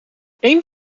één